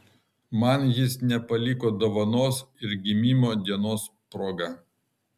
man jis nepaliko dovanos ir gimimo dienos proga